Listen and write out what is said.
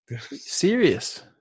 serious